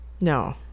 No